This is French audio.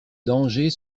dangers